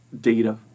data